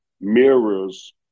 mirrors